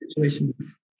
situations